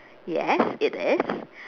yes it is